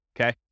Okay